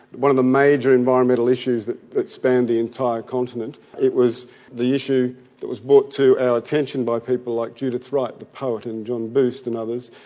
one of the major environmental issues that that spanned the entire continent. it was the issue that was brought to our attention by people like judith wright the poet and john booth and others,